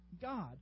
God